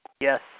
Yes